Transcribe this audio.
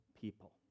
people